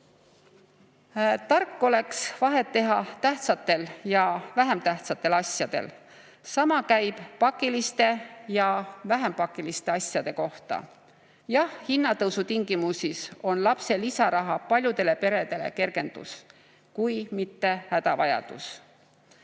Tark oleks vahet teha tähtsatel ja vähem tähtsatel asjadel. Sama käib pakiliste ja vähem pakiliste asjade kohta. Jah, hinnatõusu tingimustes on lapse lisaraha paljudele peredele kergendus kui mitte hädavajadus.